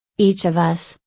each of us,